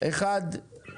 דבר ראשון,